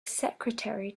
secretary